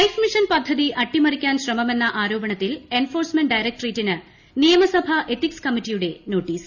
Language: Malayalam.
ലൈഫ് മിഷൻ പദ്ധതി അട്ടിമറിക്കാൻ ശ്രമമെന്ന ആരോപണത്തിൽ എൻഫോഴ്സ്മെന്റ് ഡയറക്ടറേറ്റിന് നിയമസഭാ എത്തിക്സ് കമ്മിറ്റിയുടെ നോട്ടീസ്